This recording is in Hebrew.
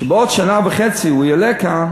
שבעוד שנה וחצי הוא יעלה כאן